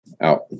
out